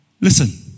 Listen